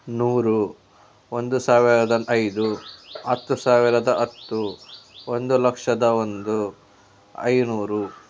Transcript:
ನೂರು ಒಂದು ಸಾವಿರದ ಐದು ಹತ್ತು ಸಾವಿರದ ಹತ್ತು ಒಂದು ಲಕ್ಷದ ಒಂದು ಐನೂರು